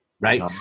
Right